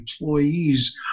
employees